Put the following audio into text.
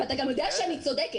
אתה גם יודע שאני צודקת.